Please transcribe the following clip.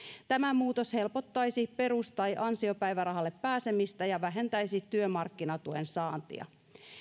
tämä muutos helpottaisi perus tai ansiopäivärahalle pääsemistä ja vähentäisi työmarkkinatuen saantia